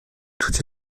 toutes